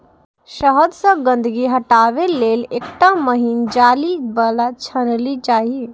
शहद सं गंदगी हटाबै लेल एकटा महीन जाली बला छलनी चाही